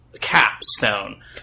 Capstone